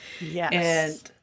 yes